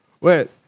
wait